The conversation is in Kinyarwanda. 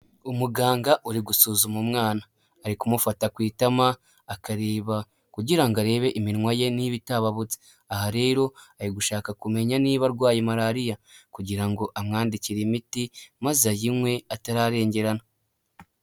Umuganga uri gusuzuma umwana, ari kumufata ku itama, akareba kugira ngo arebe iminwa ye niba itabatse, aha rero ari gushaka kumenya niba arwaye Malariya kugira ngo amwandikire imiti, maze ayinywe atararengerana.